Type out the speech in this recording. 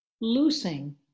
loosing